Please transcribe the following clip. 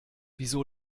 wieso